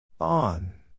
On